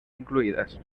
incluidas